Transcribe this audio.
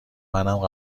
منم